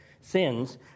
sins